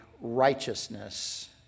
righteousness